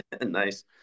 Nice